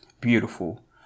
Beautiful